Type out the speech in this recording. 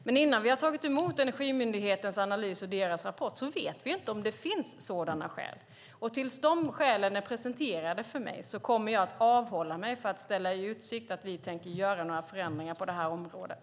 Men innan vi har tagit emot Energimyndighetens analys och rapport vet vi ju inte om det finns sådana skäl. Till dess att dessa skäl är presenterade för mig kommer jag att avhålla mig från att ställa i utsikt att vi tänker göra några förändringar på området.